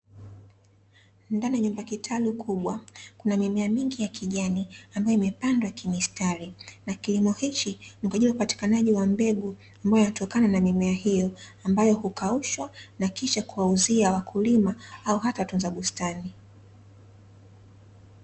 Ndani ya nyumba kitalu kubwa kuna mimea mingi ya kijani, ambayo imepandwa kimistari na kilimo hichi ni kwa ajili ya upatikanaji wa mbegu ambayo inatokana na mimea hiyo ambayo hukaushwa na kisha kuwauzia wakulima au hata watunza bustani.